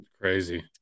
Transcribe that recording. Crazy